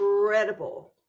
incredible